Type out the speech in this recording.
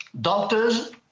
Doctors